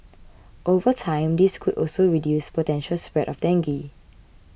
over time this could also reduce the potential spread of dengue